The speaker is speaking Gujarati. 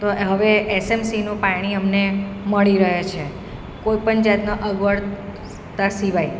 તો હવે એસએમસીનું પાણી અમને મળી રહે છે કોઈપણ જાતનાં અગવડતા સિવાય